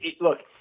look